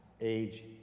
age